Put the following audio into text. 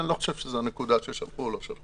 אני לא חושב שזו הנקודה, ששלחו או לא שלחו.